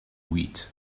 wheat